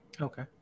Okay